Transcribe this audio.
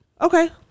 Okay